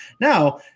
Now –